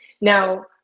Now